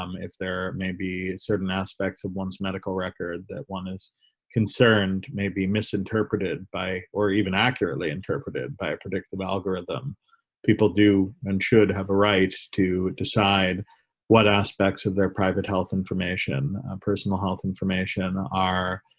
um if there may be certain aspects of one's medical record that one is concerned may be misinterpreted by or even accurately interpreted by a predictable algorithm people do and should have a right to decide what aspects of their private health information personal health information are